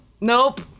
Nope